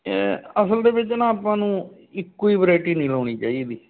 ਅਸਲ ਦੇ ਵਿੱਚ ਨਾ ਆਪਾਂ ਨੂੰ ਇੱਕੋ ਹੀ ਵਰਾਇਟੀ ਨਹੀਂ ਲਾਉਣੀ ਚਾਹੀਦੀ